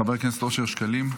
חבר הכנסת אושר שקלים,